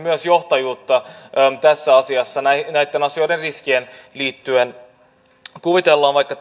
johtajuutta tässä asiassa näitten asioiden riskeihin liittyen kuvitellaan vaikka